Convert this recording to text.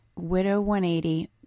Widow180